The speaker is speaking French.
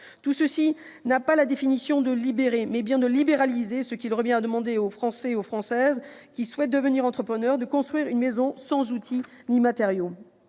correspond non pas à la définition de « libérer », mais plutôt à celle de « libéraliser », ce qui revient à demander aux Françaises et aux Français qui souhaitent devenir entrepreneurs de construire une maison sans outils ni matériaux.